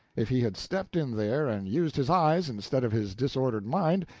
if he had stepped in there and used his eyes, instead of his disordered mind,